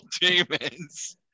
demons